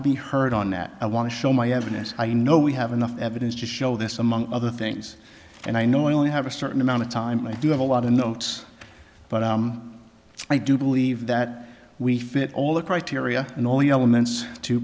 to be heard on that i want to show my evidence i know we have enough evidence to show this among other things and i know i only have a certain amount of time i do have a lot of notes but i do believe that we fit all the criteria